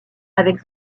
avec